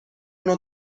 نوع